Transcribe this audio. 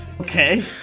Okay